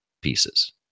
pieces